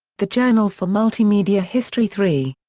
the journal for multimedia history three.